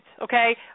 okay